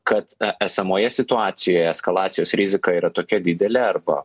kad esamoje situacijoje eskalacijos rizika yra tokia didelė arba